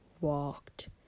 walked